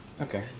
Okay